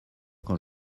quand